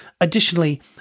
Additionally